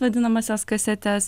vadinamąsias kasetes